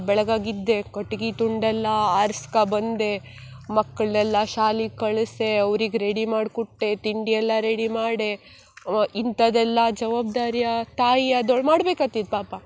ಬೆಳಗಾಗಿದ್ದೆ ಕಟ್ಗೆ ತುಂಡು ಎಲ್ಲ ಆರ್ಸ್ಕೊ ಬಂದು ಮಕ್ಳನ್ನೆಲ್ಲ ಶಾಲಿಗೆ ಕಳ್ಸಿ ಅವ್ರಿಗೆ ರೆಡಿ ಮಾಡಿ ಕೊಟ್ಟೆ ತಿಂಡಿ ಎಲ್ಲ ರೆಡಿ ಮಾಡಿ ವ ಇಂಥದ್ದೆಲ್ಲ ಜವಾಬ್ದಾರಿಯು ತಾಯಿ ಆದವ್ಳು ಮಾಡ್ಬೇಕಾತಿತ್ತು ಪಾಪ